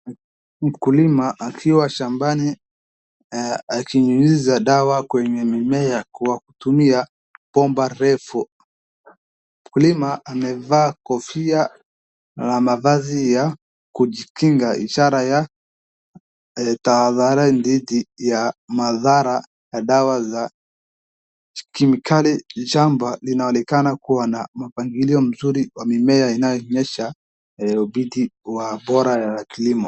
Mkulima akiwa shambani, akinyunyiza dawa kwenye mmea kwa kutumia bomba refu. Mkulima amevaa kofia na mavazi ya kujikinga ishara ya tahadhara ya madhara na dawa za kemikali. Shamba inaonekana kuwa na mpangilio mzuri wa mimea, inayoonyesha uthibiti bora wa kilimo.